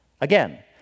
Again